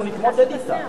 אנחנו נתמודד אתה.